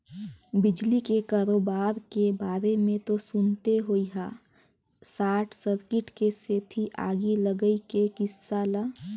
बिजली के करोबार के बारे मे तो सुनते होइहा सार्ट सर्किट के सेती आगी लगई के किस्सा ल